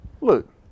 look